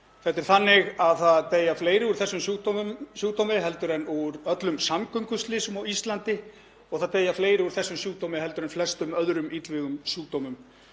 einasta ári. Það deyja fleiri úr þessum sjúkdómi heldur en öllum samgönguslysum á Íslandi og það deyja fleiri úr þessum sjúkdómi heldur en flestum öðrum illvígum sjúkdómum